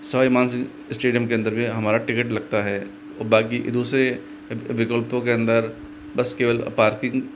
Sawai Mansingh stadium के अंदर में भी हमारा टिकट लगता है और बाकि दूसरे विकल्पों के अंदर बस केवल पार्किंग